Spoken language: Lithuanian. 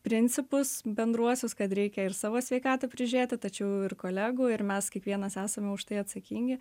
principus bendruosius kad reikia ir savo sveikatą prižiūrėti tačiau ir kolegų ir mes kiekvienas esame už tai atsakingi